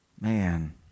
Man